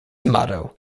motto